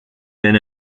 then